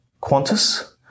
Qantas